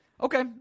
Okay